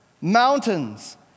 mountains